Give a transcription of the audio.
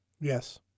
Yes